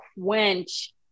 quench